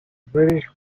british